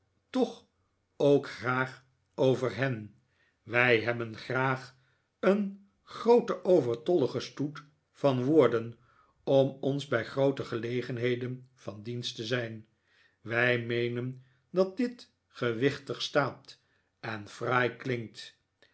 toch ook graag over hen wij hebben graag een grooten overtolligen stoet van woorden om ons bij groote gelegenheden van dienst te zijn wij meenen dat dit gewichtig staat en fraai klinkt